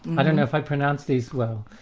i don't know if i pronounce these well.